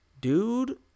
Dude